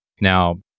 Now